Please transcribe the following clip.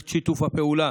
הולך.